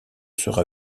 sera